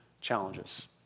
challenges